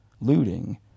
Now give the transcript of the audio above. looting